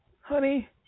Honey